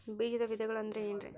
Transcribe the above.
ಬೇಜದ ವಿಧಗಳು ಅಂದ್ರೆ ಏನ್ರಿ?